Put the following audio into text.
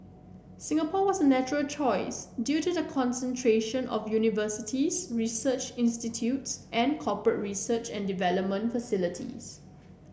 Singapore was a natural choice due to the concentration of universities research institutes and corporate research and development facilities